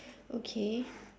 okay